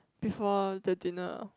before the dinner